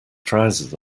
trousers